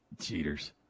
Cheaters